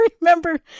remember